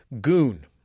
Goon